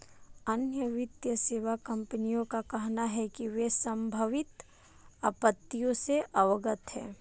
अन्य वित्तीय सेवा कंपनियों का कहना है कि वे संभावित आपत्तियों से अवगत हैं